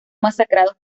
masacrados